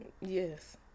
Yes